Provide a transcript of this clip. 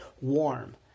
warm